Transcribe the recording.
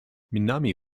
minami